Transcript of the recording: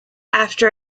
after